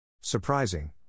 Surprising